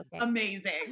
amazing